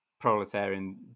proletarian